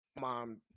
mom